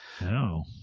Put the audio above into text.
No